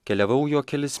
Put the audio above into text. keliavau juo kelis